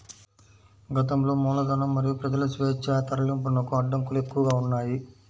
గతంలో మూలధనం మరియు ప్రజల స్వేచ్ఛా తరలింపునకు అడ్డంకులు ఎక్కువగా ఉన్నాయి